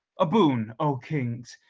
a boon, o kings,